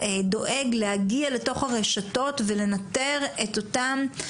דואג להגיע לתוך הרשתות ולנטר את אותם,